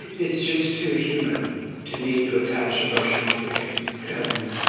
it's just too human to need to attach emotions to things. and,